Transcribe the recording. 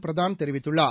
பிரதான் தெரிவித்துள்ளார்